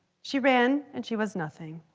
she ran and she was nothing.